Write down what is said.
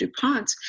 duponts